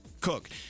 cook